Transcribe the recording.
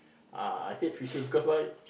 ah I hate fishing because why